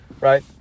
Right